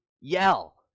yell